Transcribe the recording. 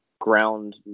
ground